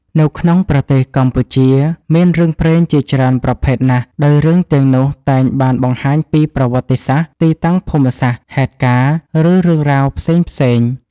នៅក្នុងប្រទេសកម្ពុជា មានរឿងព្រេងជាច្រើនជាប្រភេទណាស់ ដោយរឿងទាំងនោះតែងបានបង្ហាញពី ប្រវត្តិសាស្រ្ដ ទីតាំងភូមិសាស្រ្ដ ហេតុការណ៍ ឬរឿងរ៉ាវផ្សេងៗ។